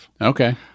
Okay